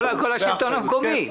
כל השלטון המקומי.